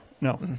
No